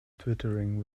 twittering